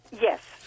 Yes